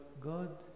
God